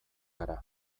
gara